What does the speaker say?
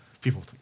people